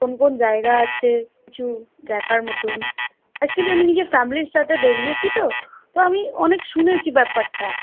কোন কোন জায়গা আছে কিছু দেখার মতোন অ্যাকচুয়ালি আমি নিজের ফ্যামিলির সাথে বেড়িয়েছি তো তা আমি অনেক শুনেছি ব্যাপারটা